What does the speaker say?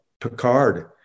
Picard